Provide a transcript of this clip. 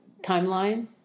timeline